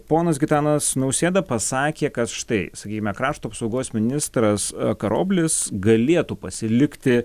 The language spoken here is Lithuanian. ponas gitanas nausėda pasakė kad štai sakykime krašto apsaugos ministras karoblis galėtų pasilikti